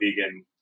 vegan